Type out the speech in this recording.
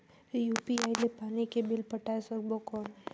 UPI ले पानी के बिल पटाय सकबो कौन?